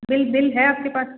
bill bill है आपके पास